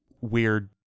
weird